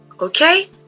okay